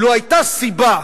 לו היתה סיבה,